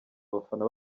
abafana